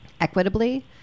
equitably